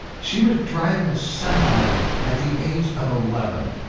she was driving a semi at the age of eleven.